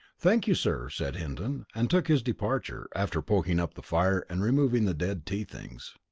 thank you, sir, said hinton and took his departure, after poking up the fire and removing the dead tea things.